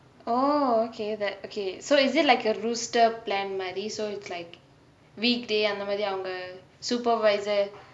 oh okay that okay so is it like a roster plan மாரி:maari so it's like weekday அந்த மாரி அவங்கே:antha maari avangae supervisor